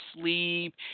sleep